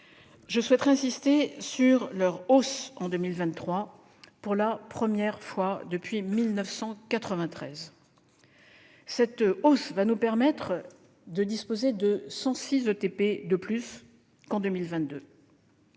la hausse des moyens humains en 2023, pour la première fois depuis 1993. Cette hausse va nous permettre de disposer de 106 ETP de plus qu'en 2022.